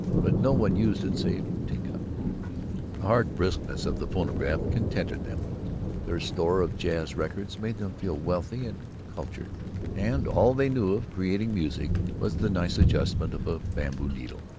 but no one used it save tinka. the hard briskness of the phonograph contented them their store of jazz records made them feel wealthy and cultured and all they knew of creating music was the nice adjustment of a bamboo needle.